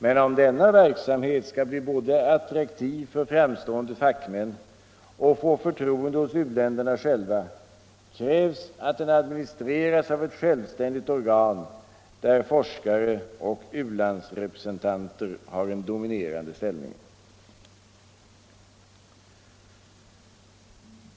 Men om denna verksamhet både skall bli attraktiv för framstående fackmän och få förtroende hos u-länderna själva krävs att den administreras av ett självständigt organ, där forskare och u-landsrepresentanter har en dominerande ställning.